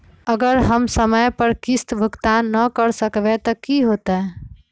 अगर हम समय पर किस्त भुकतान न कर सकवै त की होतै?